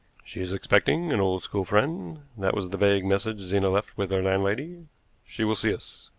she is expecting an old school friend that was the vague message zena left with her landlady she will see us.